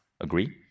agree